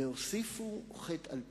והוסיפו חטא על פשע,